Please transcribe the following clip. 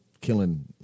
killing